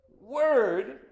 word